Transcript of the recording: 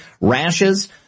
rashes